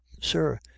Sir